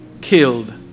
killed